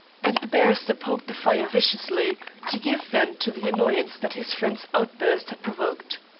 and the barrister poked the fire viciously to give vent to the annoyance that his friend's outburst had provoked.